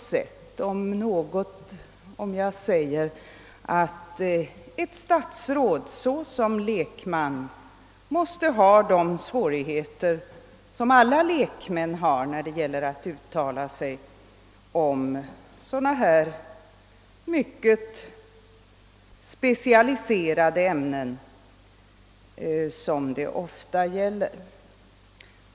Det är verkligen inte något förklenande om jag säger att ett statsråd måste ha de svårigheter som alla lekmän har när det gäller att uttala sig om så specialiserade ämnen som det ofta är fråga om.